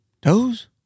Toes